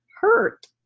hurt